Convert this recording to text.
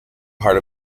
part